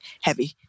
heavy